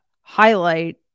highlight